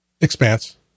Expanse